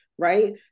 right